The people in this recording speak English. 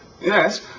yes